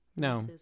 No